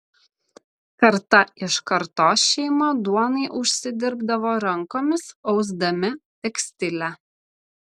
karta iš kartos šeima duonai užsidirbdavo rankomis ausdami tekstilę